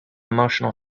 emotional